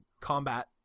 combat